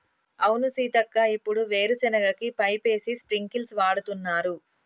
అవును సీతక్క ఇప్పుడు వీరు సెనగ కి పైపేసి స్ప్రింకిల్స్ వాడుతున్నారు